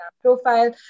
profile